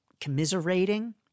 commiserating